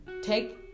take